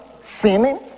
sinning